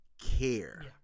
care